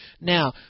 Now